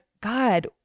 God